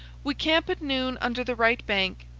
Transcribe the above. we camp at noon under the right bank.